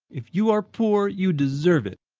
if you are poor you deserve it!